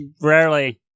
rarely